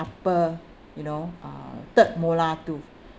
upper you know uh third molar tooth